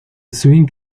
swing